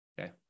okay